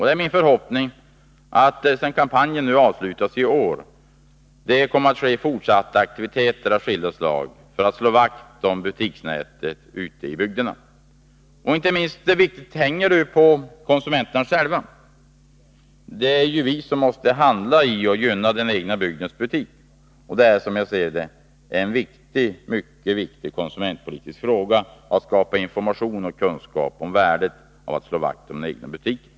Det är min förhoppning att, sedan kampanjen nu avslutats i år, man kommer att bedriva fortsatta aktiviteter av skilda slag för att slå vakt om butiksnätet ute i bygderna. Inte minst hänger det på konsumenterna själva. Det är ju vi som måste handla i och gynna den egna bygdens butik. Som jag ser det är det en mycket viktig konsumentpolitisk fråga att skapa information och kunskap om värdet av att slå vakt om den egna butiken.